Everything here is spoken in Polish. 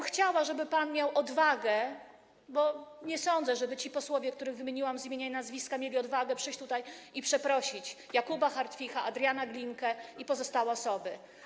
Chciałabym, żeby pan miał odwagę, bo nie sądzę, żeby ci posłowie, których wymieniłam z imienia i nazwiska, mieli odwagę przyjść tutaj i przeprosić Jakuba Hartwicha, Adriana Glinkę i pozostałe osoby.